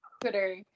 Twitter